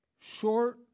short